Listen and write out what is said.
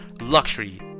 luxury